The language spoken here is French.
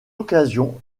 occasion